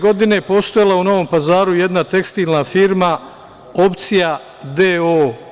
Godine 2001. postojala je u Novom Pazaru jedna tekstilna firma „Opcija doo“